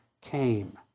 came